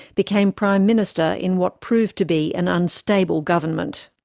became prime minister in what proved to be an unstable government.